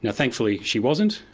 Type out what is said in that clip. and thankfully she wasn't,